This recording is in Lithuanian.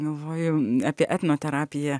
galvoju apie etnoterapiją